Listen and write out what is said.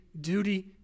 duty